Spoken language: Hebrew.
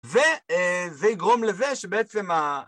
וזה יגרום לזה שבעצם ה...